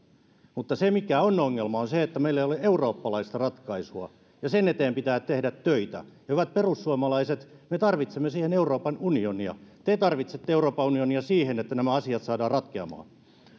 mutta se mikä on ongelma on se että meillä ei ole eurooppalaista ratkaisua sen eteen pitää tehdä töitä hyvät perussuomalaiset me tarvitsemme siihen euroopan unionia te tarvitsette euroopan unionia siihen että nämä asiat saadaan ratkeamaan